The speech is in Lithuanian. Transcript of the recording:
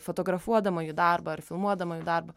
fotografuodama jų darbą ar filmuodama jų darbą